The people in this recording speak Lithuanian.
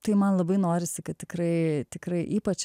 tai man labai norisi kad tikrai tikrai ypač